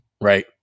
Right